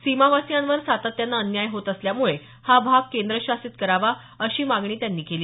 सीमावासीयांवर सातत्यानं अन्याय होत असल्यामुळे हा भाग केंद्रशासित करावा अशी मागणी त्यांनी केली